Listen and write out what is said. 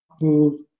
move